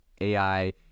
AI